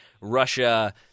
Russia